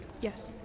Yes